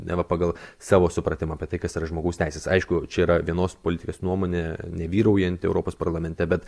neva pagal savo supratimą apie tai kas yra žmogaus teisės aišku čia yra vienos politikės nuomone ne vyraujanti europos parlamente bet